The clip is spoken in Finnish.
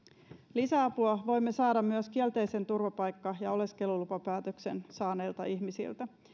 lisäapua voimme saada myös kielteisen turvapaikka ja oleskelulupapäätöksen saaneilta ihmisiltä